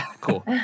Cool